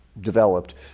Developed